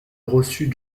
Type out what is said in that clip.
reçut